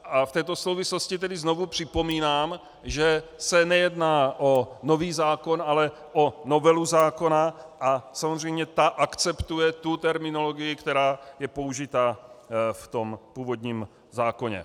V této souvislosti tedy znovu připomínám, že se nejedná o nový zákon, ale o novelu zákona a samozřejmě ta akceptuje terminologii, která je použita v původním zákonu.